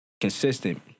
consistent